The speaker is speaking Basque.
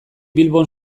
bilbon